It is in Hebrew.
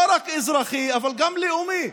לא רק אזרחי אלא גם לאומי,